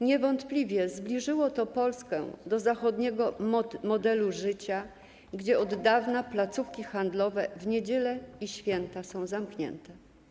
Niewątpliwie zbliżyło to Polskę do zachodniego modelu życia, gdzie od dawna placówki handlowe w niedziele i w święta są zamknięte.